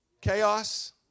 chaos